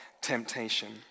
temptation